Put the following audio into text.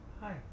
hi